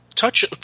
Touch